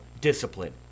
discipline